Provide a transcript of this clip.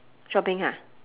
shopping ha